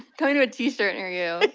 coming to a t-shirt near you.